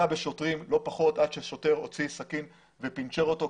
בשוטרים לא פחות עד ששוטר הוציא סכין ופינצ'ר אותו.